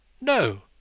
no